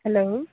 hello